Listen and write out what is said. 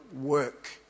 work